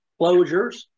closures